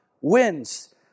wins